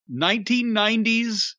1990s